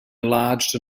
enlarged